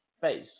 face